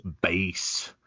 base